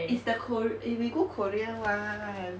it's the kor~ eh we go korea [one]